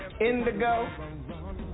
indigo